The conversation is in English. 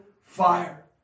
fire